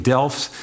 Delft